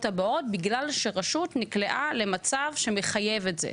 הבאות בגלל שרשות נקלעה למצב שמחייב את זה.